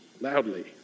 loudly